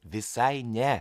visai ne